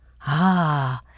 Ah